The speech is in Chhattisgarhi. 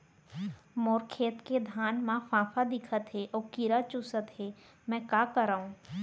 मोर खेत के धान मा फ़ांफां दिखत हे अऊ कीरा चुसत हे मैं का करंव?